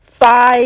five